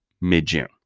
mid-June